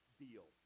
deal